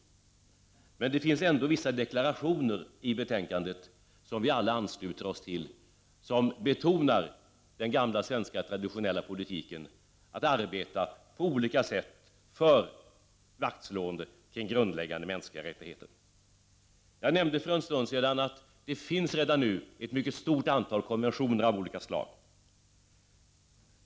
Men det finns ändå i betänkandet vissa deklarationer, som vi alla ansluter oss till och som betonar den gamla svenska traditionella politiken att arbeta på olika områden för vaktslåendet av grundläggande mänskliga rättigheter. Jag nämnde för en stund sedan att det redan nu finns ett mycket stort antal konventioner av olika slag.